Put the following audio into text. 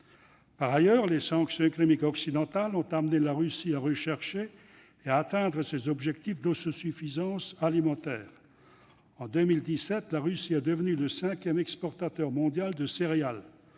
Par ailleurs, les sanctions économiques occidentales ont amené la Russie à rechercher et à atteindre ses objectifs d'autosuffisance alimentaire. En 2017, la Russie est devenue le cinquième exportateur mondial de céréales.